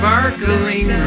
Sparkling